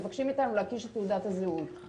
מבקשים מאיתנו להקיש את תעודת הזהות,